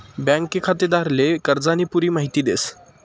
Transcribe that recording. bank खातेदारले कर्जानी पुरी माहिती देस